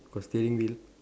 got steering wheel